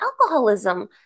alcoholism